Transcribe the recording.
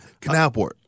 Canalport